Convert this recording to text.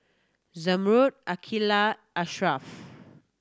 Zamrud Aqeelah Asharaff